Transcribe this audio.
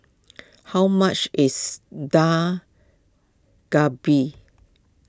how much is Dak Galbi